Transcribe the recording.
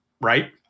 right